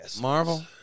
Marvel